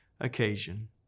occasion